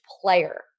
player